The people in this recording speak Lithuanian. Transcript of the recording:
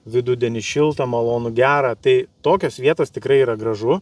vidudienį šilta malonu gera tai tokios vietos tikrai yra gražu